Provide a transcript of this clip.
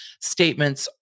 statements